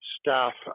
staff